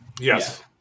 Yes